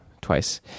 twice